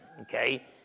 okay